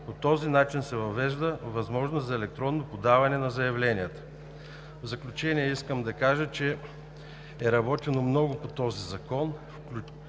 По този начин се въвежда възможност за електронно подаване на заявленията. В заключение искам да кажа, че е работено много по този закон.